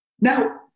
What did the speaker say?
Now